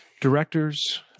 directors